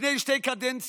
לפני שתי קדנציות